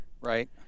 Right